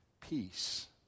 peace